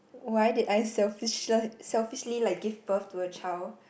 why did I selfish se~ selfishly give birth to a child